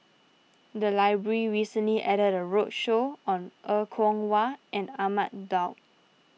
the library recently at that a roadshow on Er Kwong Wah and Ahmad Daud